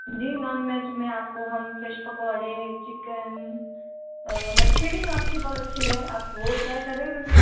जी non veg में आपको हम फिश पकौड़े चिकन मच्छी भी यहाँ की बहुत अच्छी है आप वो ट्राय करें फिर